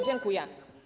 Dziękuję.